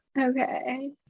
Okay